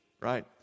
right